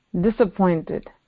disappointed